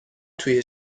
توی